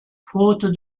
faute